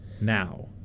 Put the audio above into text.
now